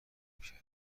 میکردم